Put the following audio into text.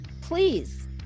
please